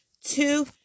Two